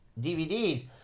DVDs